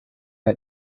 one